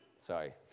Sorry